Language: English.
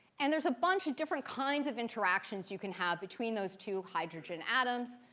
and there's a bunch of different kinds of interactions you can have between those two hydrogen atoms.